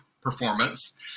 performance